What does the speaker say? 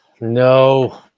No